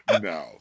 no